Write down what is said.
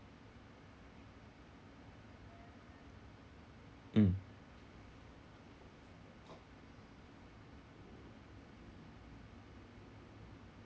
mm